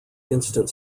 instant